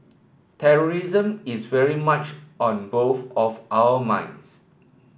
terrorism is very much on both of our minds